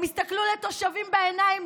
הם הסתכלו לתושבים בעיניים,